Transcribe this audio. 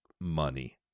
Money